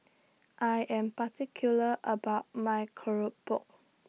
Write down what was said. I Am particular about My Keropok